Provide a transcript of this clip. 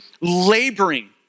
laboring